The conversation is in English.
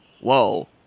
Whoa